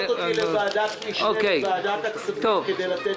הקיצוץ הרוחב לא עומד לדיון